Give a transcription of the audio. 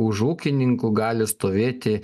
už ūkininkų gali stovėti